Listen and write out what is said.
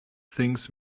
things